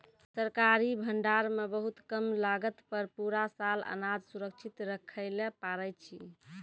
सरकारी भंडार मॅ बहुत कम लागत पर पूरा साल अनाज सुरक्षित रक्खैलॅ पारै छीं